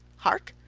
hark!